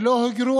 ולא היגרו,